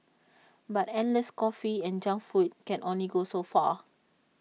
but endless coffee and junk food can only go so far